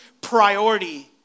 priority